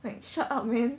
like shut up man